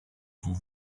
vous